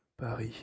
Paris